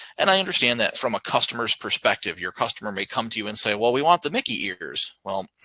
and i understand that from a customer's perspective. your customer may come to you and say, well, we want the mickey ears. well,